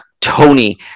Tony